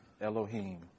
Elohim